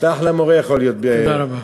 תאמין לי, אתה אחלה מורה יכול להיות, תודה רבה.